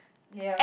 ya